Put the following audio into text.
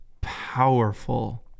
powerful